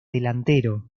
delantero